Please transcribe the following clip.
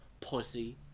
Pussy